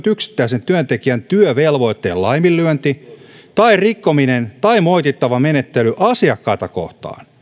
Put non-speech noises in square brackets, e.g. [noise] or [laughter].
[unintelligible] yksittäisen työntekijän työvelvoitteen laiminlyönti tai rikkominen tai moitittava menettely asiakkaita kohtaan